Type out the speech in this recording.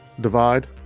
divide